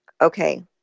okay